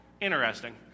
Interesting